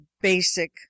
basic